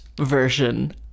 version